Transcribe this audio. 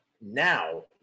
now